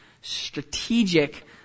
strategic